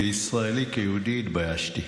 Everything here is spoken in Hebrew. כישראלי, כיהודי התביישתי.